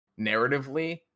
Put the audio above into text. narratively